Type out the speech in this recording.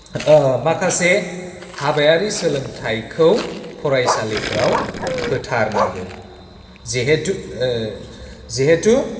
माखासे हाबायारि सोलोंथाइखौ फरायसालिफोराव होथारनांगौ जिहेथु जिहेथु